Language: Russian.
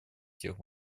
тех